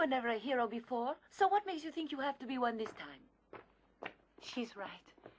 were never a hero before so what makes you think you have to be one this time she's right